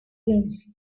lienzo